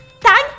thank